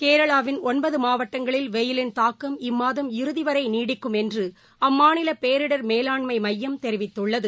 கேரளாவின் ஒன்பது மாவட்டங்களில் வெய்யிலின் தாக்கம் இம்மாதம் இறுதிவரை நீடிக்கும் என்று அம்மாநில பேரிடர் மேலாண்மை மையம் தெரிவித்துள்ளது